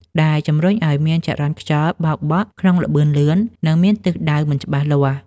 ដែលជំរុញឱ្យមានចរន្តខ្យល់បោកបក់ក្នុងល្បឿនលឿន និងមានទិសដៅមិនច្បាស់លាស់។